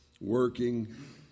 working